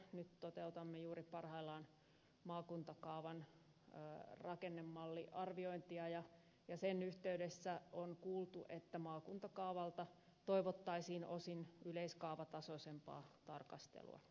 nyt toteutamme juuri parhaillaan maakuntakaavan rakennemalliarviointia ja sen yhteydessä on kuultu että maakuntakaavalta toivottaisiin osin yleiskaavatasoisempaa tarkastelua